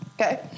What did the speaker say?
Okay